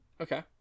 Okay